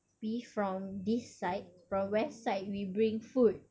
we from this side from west side we bring food